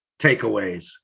takeaways